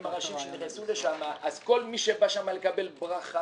הראשיים שנכנסו לשם אז כל מי שבא לשם לקבל ברכה